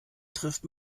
trifft